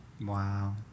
Wow